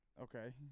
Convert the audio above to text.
Okay